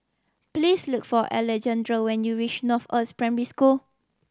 please look for Alejandro when you reach Northoaks Primary School